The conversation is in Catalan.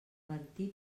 martí